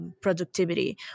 Productivity